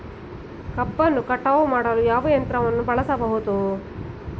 ಕಬ್ಬನ್ನು ಕಟಾವು ಮಾಡಲು ಯಾವ ಯಂತ್ರವನ್ನು ಬಳಸಬಹುದು?